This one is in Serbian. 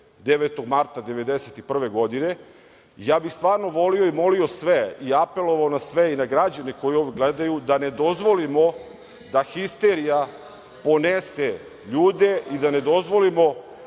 9. marta 1991. godine. Ja bih stvarno volio i molio sve, apelovao na sve, i na građane koji ovo gledaju, da ne dozvolimo da histerija ponese ljude i da ne dozvolimo